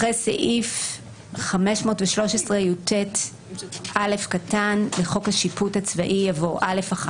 אחרי סעיף קטן 513יט(א) לחוק השיפוט הצבאי יבוא: "(א1)